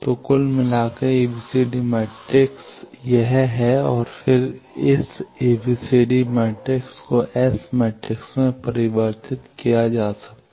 तो कुल मिलाकर ABCD मैट्रिक्स यह है और फिर इस ABCD मैट्रिक्स को एस मैट्रिक्स में परिवर्तित किया जा सकता है